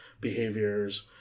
behaviors